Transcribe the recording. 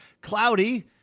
cloudy